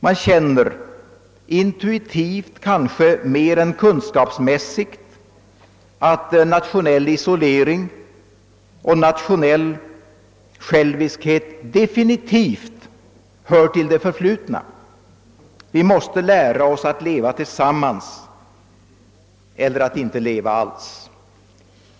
Man känner, intuitivt kanske mer än kunskapsmässigt, att nationell isolering och nationell själviskhet definitivt hör till det förflutna. Vi måste lära oss att leva tillsammans eller att inte leva alls.